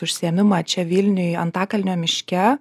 užsiėmimą čia vilniuj antakalnio miške